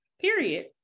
Period